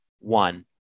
One